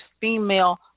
female